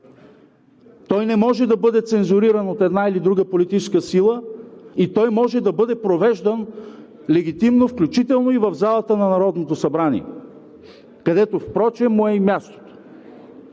Той не може да бъде цензуриран от една или друга политическа сила. Може да бъде провеждан легитимно, включително и в залата на Народното събрание, където впрочем му е и мястото.